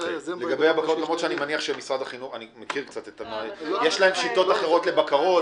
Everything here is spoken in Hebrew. ודברים עם משרד החינוך לגבי הסוגיה של המזומנים,